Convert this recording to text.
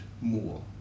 more